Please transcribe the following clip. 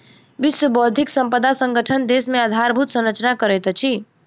विश्व बौद्धिक संपदा संगठन देश मे आधारभूत संरचना करैत अछि